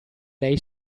lei